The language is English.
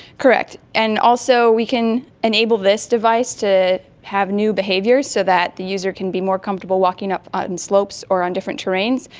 correct, and also we can enable this device to have new behaviours so that the user can be more comfortable walking up and slopes or on different terrains,